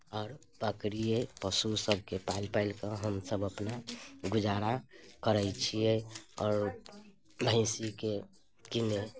आओर बकरी अइ पशुसभके पालि पालि कऽ हमसभ अपना गुजारा करैत छियै आओर भैँसीके किने